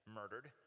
murdered